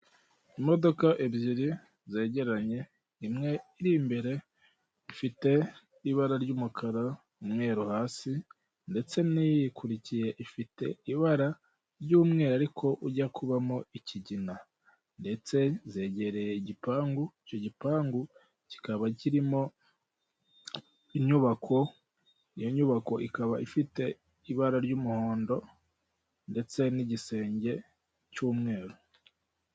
Kaburimbo irimo imodoka ifite ibara ry'ivu, hirya yayo hubatse inzu iri mu marange y'umweru ndetse n'umukara, inzu ikikijwe n'igikuta cyubakishijwe amatafari ahiye, hariho icyapa kiri mu mabara y'icyatsi, ndetse n'ikindi cyapa kiri mu mabara y'umweru ndetse n'umukara.